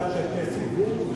הצ'רקסים.